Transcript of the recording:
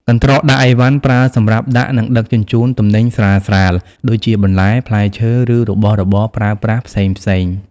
កន្ត្រកដាក់ឥវ៉ាន់ប្រើសម្រាប់ដាក់ និងដឹកជញ្ជូនទំនិញស្រាលៗ ដូចជាបន្លែ ផ្លែឈើ ឬរបស់របរប្រើប្រាស់ផ្សេងៗ។